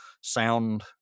sound